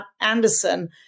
Anderson